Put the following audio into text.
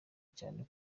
cyane